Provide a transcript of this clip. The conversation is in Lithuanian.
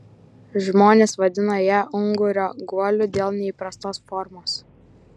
žmonės vadina ją ungurio guoliu dėl neįprastos formos